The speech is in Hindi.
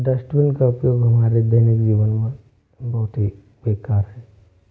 और डश्टबिन का उपयोग हमारे दैनिक जीवन में बहुत ही बेकार है